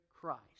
Christ